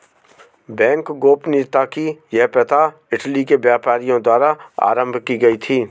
bank गोपनीयता की यह प्रथा इटली के व्यापारियों द्वारा आरम्भ की गयी थी